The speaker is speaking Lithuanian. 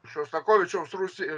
šostakovičiaus rusi